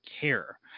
care